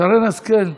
שרן השכל,